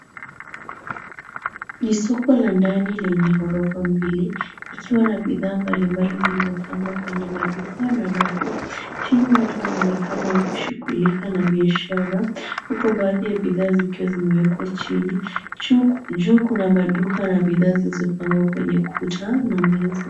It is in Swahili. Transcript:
Ni soko la ndani lenye ghorofa mbili ikiwa na bidhaa mbalimbali zilizopangwa kwenye maduka na rafu. Chini watu wanaonekana wakishughulika na biashara, huku baadhi ya bidhaa zikiwa zimewekwa chini. Juu kuna maduka na bidhaa zilizopangwa kwenye kuta na meza.